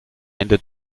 ende